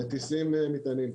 מטיסים מטענים.